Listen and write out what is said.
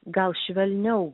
gal švelniau